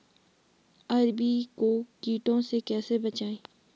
अरबी को कीटों से कैसे बचाया जाए?